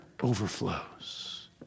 overflows